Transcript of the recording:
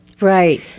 Right